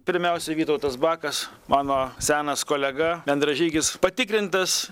pirmiausia vytautas bakas mano senas kolega bendražygis patikrintas